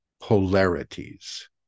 polarities